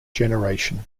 generation